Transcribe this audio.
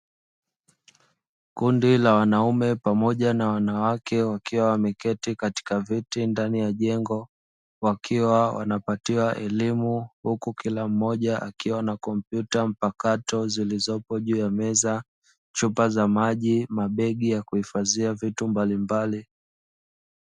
Kundi la wanawake na wanaume wakiwa wameketi katika viti ndani ya jengo, wakiwa wanapatiwa elimu huku kila mmoja akiwa na tarakirishi mpakato zilizopo juu ya meza, chupa za maji, mabegi ya kuhifadhia vitu mbalimbali.